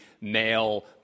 male